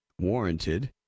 warranted